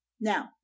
Now